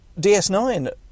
DS9